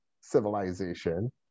civilization